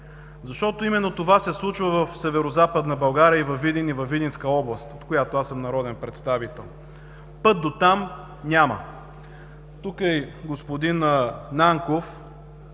Именно това се случва в Северозападна България, във Видин и във Видинска област, от която аз съм народен представител. Път до там няма. Тук е господин Нанков,